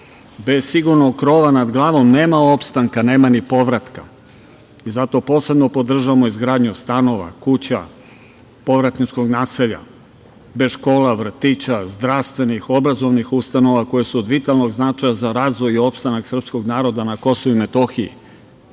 sigurnog krova nad glavom nema opstanka, nema ni povratka i zato posebno podržavamo izgradnju stanova, kuća, povratničkog naselja. Bez škola, vrtića, zdravstvenih, obrazovnih ustanova koje su od vitalnog značaja za razvoj i opstanak srpskog naroda na Kosovu i Metohiji,